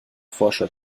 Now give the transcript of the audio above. forscher